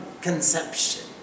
conception